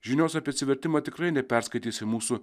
žinios apie atsivertimą tikrai neperskaitysi mūsų